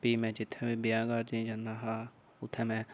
फ्ही में जित्थै बी ब्याह् कारजे च जंदा हा उत्थैं में